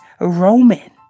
Roman